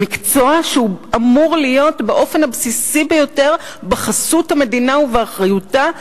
במקצוע שאמור להיות באופן הבסיסי ביותר בחסות המדינה ובאחריותה,